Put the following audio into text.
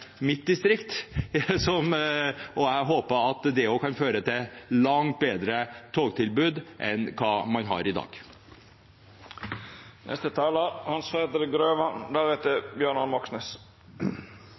mitt distrikt. Jeg håper at det kan føre til et langt bedre togtilbud enn hva man har i dag.